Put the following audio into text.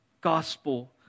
gospel